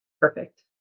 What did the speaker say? Perfect